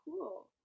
cool